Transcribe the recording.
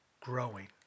growing